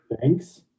thanks